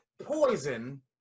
Poison